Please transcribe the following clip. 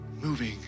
moving